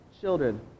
children